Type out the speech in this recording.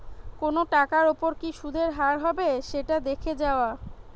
কোনো টাকার ওপর কি সুধের হার হবে সেটা দেখে যাওয়া